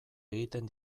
egiten